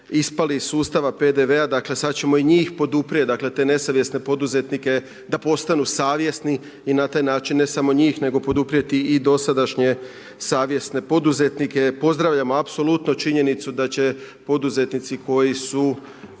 ispali iz sustava PDV-a, dakle sad ćemo i njih poduprijet, dakle te nesavjesne poduzetnike da postanu savjesni i na taj način, ne samo njih, nego poduprijeti i dosadašnje savjesne poduzetnike. Pozdravljamo apsolutno činjenicu da će poduzetnici koji su